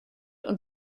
und